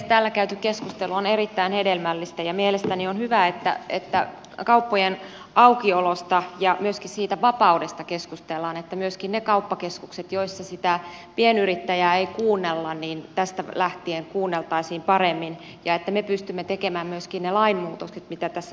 täällä käyty keskustelu on erittäin hedelmällistä ja mielestäni on hyvä että kauppojen aukiolosta ja myöskin siitä vapaudesta keskustellaan että myöskin niissä kauppakeskuksissa joissa sitä pienyrittäjää ei kuunnella tästä lähtien kuunneltaisiin paremmin ja että me pystymme tekemään myöskin ne lainmuutokset mitä tässä tarvitaan